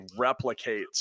replicates